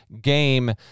game